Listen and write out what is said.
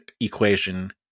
equation